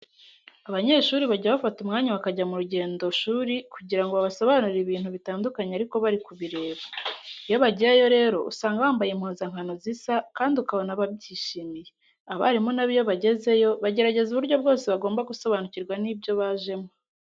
Abanyeshuri bajya bafata umwanya bakajya mu rugendoshuri kugira ngo babasobanurire ibintu bitandukanye ariko bari kubireba. Iyo bagiyeyo rero usanga bambaye impuzankano zisa kandi ukabona babyishimiye. Abarimu na bo iyo bagezeyo bagerageza uburyo bwose bagomba gusobanukirwa n'ibyo bajemo.